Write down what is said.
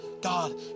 God